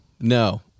no